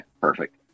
perfect